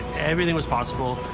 everything was possible.